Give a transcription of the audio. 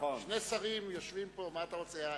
שני שרים יושבים פה, מה אתה רוצה?